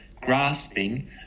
grasping